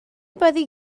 byddi